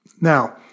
Now